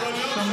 אדוני היושב-ראש,